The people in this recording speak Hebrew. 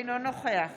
אינו נוכח